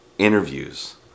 interviews